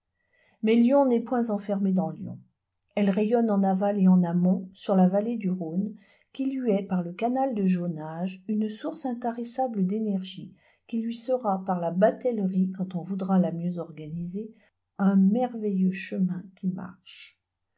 mais lyon n'est point enfermée dans lyon elle rayonne en aval et en amont sur la vallée du rhône qui lui est par le canal de jaunage une source intarissable d'énergie qui lui sera par la batellerie quand on voudra la mieux organiser un merveilleux chemin qui marche